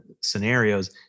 scenarios